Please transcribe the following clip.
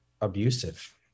abusive